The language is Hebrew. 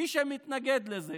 מי שמתנגד לזה